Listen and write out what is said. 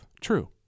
true